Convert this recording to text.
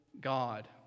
God